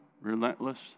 relentless